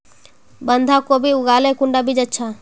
बंधाकोबी लगाले कुंडा बीज अच्छा?